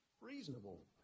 reasonable